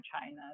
China